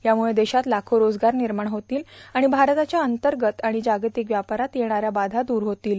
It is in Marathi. याम्रळं देशात लाखो रोजगार विर्माण होतील आणि भारताच्या अंतर्गत आणि जागतिक व्यापारात येणाऱ्या बाद्या दूर होतील